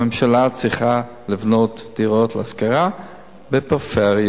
הממשלה צריכה לבנות דירות להשכרה בפריפריה,